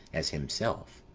as himself.